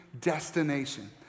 destination